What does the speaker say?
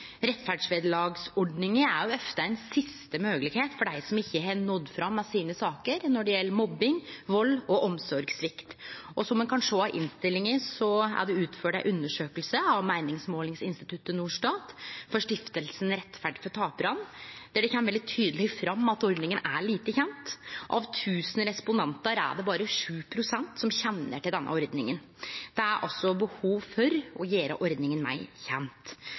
er ofte ei siste moglegheit for dei som ikkje har nådd fram med sakene sine når det gjeld mobbing, vald og omsorgssvikt. Og som ein kan sjå av innstillinga, er det utført ei undersøking av meiningsmålingsinstituttet Norstat for stiftelsen Rettferd for taperne, der det kjem veldig tydeleg fram at ordninga er lite kjend. Av 1 000 respondentar er det berre 7 pst. som kjenner til denne ordninga. Det er altså behov for å gjere ordninga meir